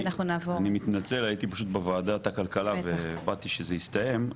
אני מתנצל הייתי פשוט בוועדת הכלכלה ובאתי שזה הסתיים,